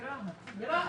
ברהט.